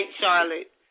Charlotte